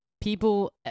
People